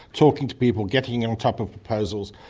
talking to people, getting and on top of proposals.